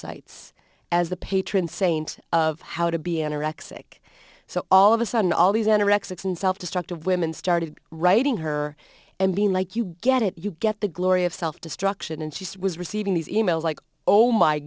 sites as the patron saint of how to be anorexic so all of a sudden all these anorexics and self destructive women started writing her and being like you get it you get the glory of self destruction and she was receiving these emails like oh my